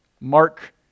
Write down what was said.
Mark